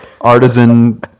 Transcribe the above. Artisan